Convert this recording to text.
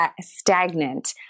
stagnant